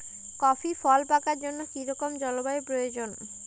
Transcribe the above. Coffee ফল পাকার জন্য কী রকম জলবায়ু প্রয়োজন?